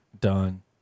Done